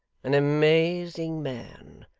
an amazing man!